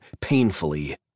painfully